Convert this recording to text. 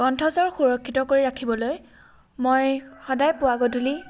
কণ্ঠস্বৰ সুৰক্ষিত কৰি ৰাখিবলৈ মই সদায় পুৱা গধূলি